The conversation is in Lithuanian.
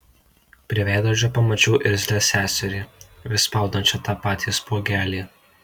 prie veidrodžio pamačiau irzlią seserį vis spaudančią tą patį spuogelį